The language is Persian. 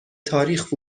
تاریخ